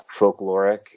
folkloric